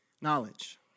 Knowledge